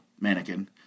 mannequin